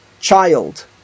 child